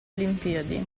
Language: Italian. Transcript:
olimpiadi